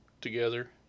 together